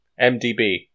MDB